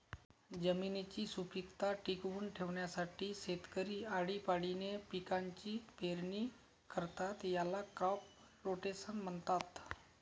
जमिनीची सुपीकता टिकवून ठेवण्यासाठी शेतकरी आळीपाळीने पिकांची पेरणी करतात, याला क्रॉप रोटेशन म्हणतात